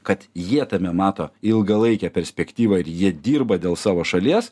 kad jie tame mato ilgalaikę perspektyvą ir jie dirba dėl savo šalies